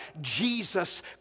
Jesus